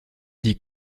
die